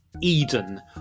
Eden